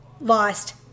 lost